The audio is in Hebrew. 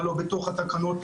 מה לא בתוך התקנות.